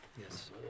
Yes